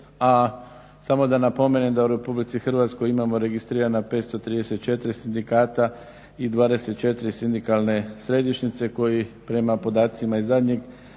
a samo da napomenem da u Republici Hrvatskoj imamo registrirana 534 sindikata i 24 sindikalne središnjice koji prema podacima iz zadnjeg